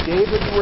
David